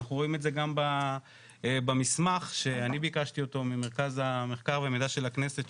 אנחנו רואים את זה גם במסמך שביקשתי אותו מהמרכז למחקר ומידע של הכנסת,